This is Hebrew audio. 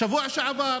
בשבוע שעבר,